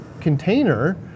container